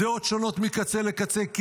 דעות שונות מקצה לקצה,